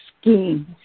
schemes